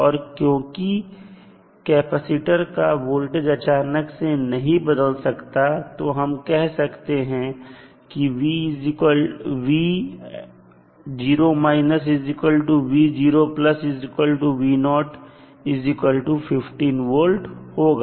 अब क्योंकि कैपेसिटर का वोल्टेज अचानक से नहीं बदल सकता तो हम कह सकते हैं कि होगा